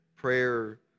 Prayer